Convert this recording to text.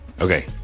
Okay